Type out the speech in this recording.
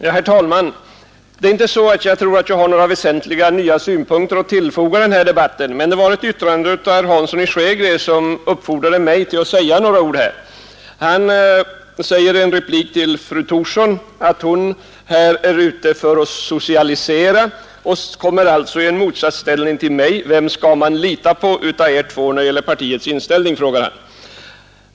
Herr talman! Jag tror inte att jag har några väsentliga nya synpunkter att tillfoga denna debatt, men det var ett yttrande av herr Hansson i Skegrie som uppfordrade mig att säga några ord. Herr Hansson sade i en replik till fru Thorsson att hon är ute för att socialisera och att hon alltså kommer att stå i motsatsställning till mig. Vem skall man lita på av er två när det gäller partiets inställning, frågar han.